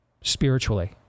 spiritually